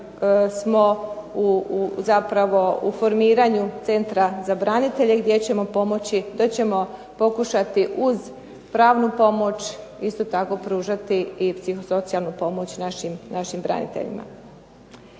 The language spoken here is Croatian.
da smo u formiranju centra za branitelje gdje ćemo pokušati uz pravnu pomoć isto tako pružati i psihosocijalnu pomoć našim braniteljima.